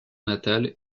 natale